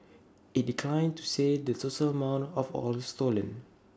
IT declined to say the total amount of oil stolen